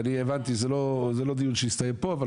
זה לא דיון שיסתיים פה.